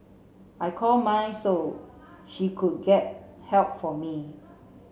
I call my so she could get help for me